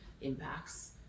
impacts